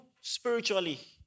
spiritually